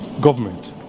government